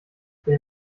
wenn